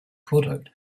product